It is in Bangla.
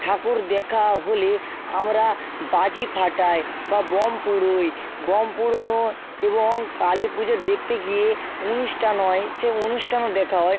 ঠাকুর দেখা হলে আমরা বাজি ফাটাই বা বোম পোড়াই বোম পোড়ানো এবং কালী পুজো দেখতে গিয়ে অনুষ্ঠান হয় সে অনুষ্ঠানও দেখা হয়